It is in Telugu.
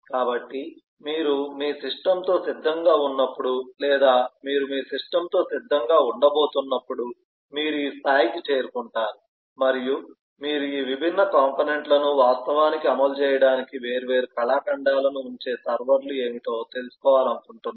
కాబట్టి మీరు మీ సిస్టమ్తో సిద్ధంగా ఉన్నప్పుడు లేదా మీరు మీ సిస్టమ్తో సిద్ధంగా ఉండబోతున్నప్పుడు మీరు ఈ స్థాయికి చేరుకుంటారు మరియు మీరు ఈ విభిన్న కాంపోనెంట్ లను వాస్తవానికి అమలు చేయడానికి వేర్వేరు కళాఖండాలను ఉంచే సర్వర్లు ఏమిటో తెలుసుకోవాలనుకుంటున్నారు